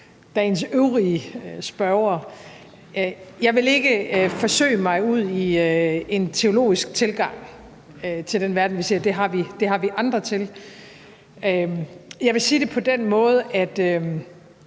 dagens øvrige spørgere. Jeg vil ikke forsøge at kaste mig ud i en teologisk tilgang til den verden, vi ser. Det har vi andre til. Jeg vil sige det på den måde, at